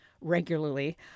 regularly